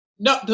No